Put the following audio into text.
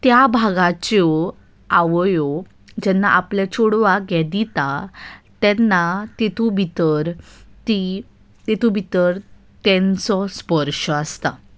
त्या भागाच्यो आवयो जेन्ना आपले चेडवांक हे दिता तेन्ना तातूंत भितर ती तातूंत भितर तांचो स्पर्श आसता